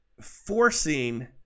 forcing